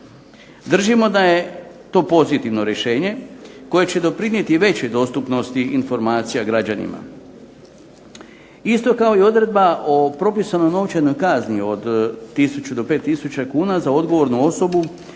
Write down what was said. Držimo da je to pozitivno rješenje koje će doprinijeti većoj dostupnosti informacija građanima, isto kao i odredba o propisanoj novčanoj kazni od 1000 do 5000 kuna za odgovornu osobu